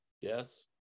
Yes